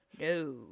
No